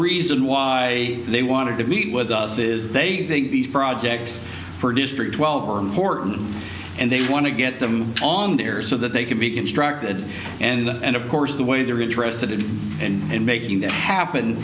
reason why they wanted to meet with us is they these projects for district twelve are important and they want to get them so that they can be constructed and of course the way they're interested in and making that happen